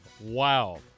Wow